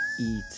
eat